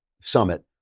summit